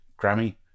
Grammy